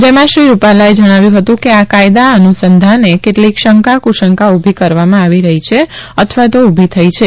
જેમાં શ્રી રૂપાલાએ જણાવ્યું હતું કે આ કાયદા અનુસંધાને કેટલીક શંકા કુશંકા ઉભી કરવામાં આવી રહી છે અથવા તો ઊભી થઈ છે